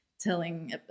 telling